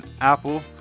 Apple